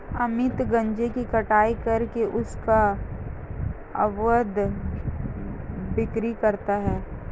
अमित गांजे की कटाई करके उसका अवैध बिक्री करता है